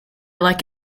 like